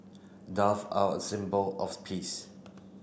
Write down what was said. dove are a symbol of peace